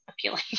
appealing